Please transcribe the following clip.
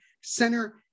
center